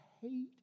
hate